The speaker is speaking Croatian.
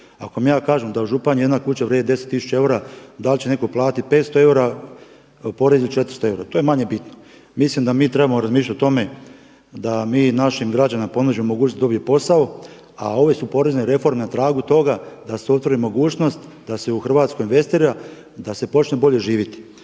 Ako vam ja kažem da u Županji jedna kuća vrijedi 10 tisuća eura, da li će netko platiti 500 eura ili porez od 400 eura. To je manje bitno. Mislim da mi trebamo razmišljati o tome da mi našim građanima pronađemo mogućnost da dobiju posao, a ove su porezne reforme na tragu toga da se otvori mogućnost da se u Hrvatsku investira da se počne bolje živjeti.